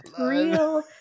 real